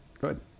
Good